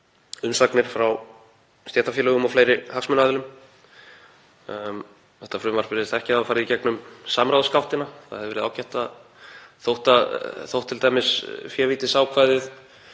umsagnir frá stéttarfélögum og fleiri hagsmunaaðilum. Þetta frumvarp virðist ekki hafa farið í gegnum samráðsgáttina. Það hefði verið ágætt. Þótt t.d. févítisákvæðið